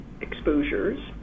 exposures